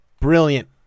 Brilliant